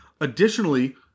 Additionally